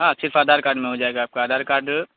ہاں صرف آدھار کارڈ میں ہو جائے گا آپ آدھار کارڈ